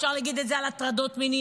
אפשר להגיד את זה על הטרדות מיניות,